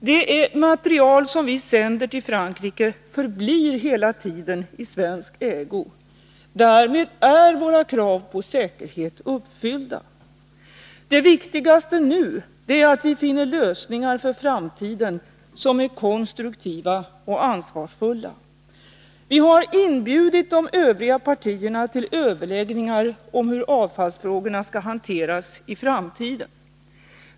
Det material som vi sänder till Frankrike förblir hela tiden i svensk ägo. Därmed är våra krav på säkerhet uppfyllda. Det viktigaste är nu att vi finner lösningar för framtiden som är konstruktiva och ansvarsfulla. Vi har inbjudit de övriga partierna till överläggningar om hur avfallsfrågorna skall hanteras i framtiden.